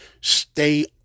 Stay